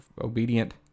obedient